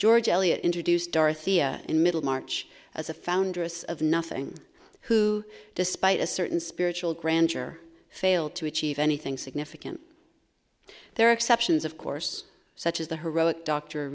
george eliot introduced dorothea in middlemarch as a founder of nothing who despite a certain spiritual grandeur failed to achieve anything significant there are exceptions of course such as the her